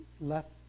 left